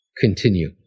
continue